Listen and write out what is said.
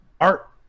Art